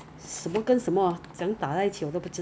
毛毛的 that kind of thing feeling